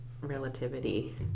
relativity